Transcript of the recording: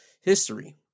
history